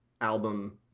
album